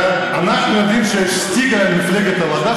ואנחנו יודעים שהסטיגמה על מפלגת העבודה,